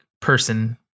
person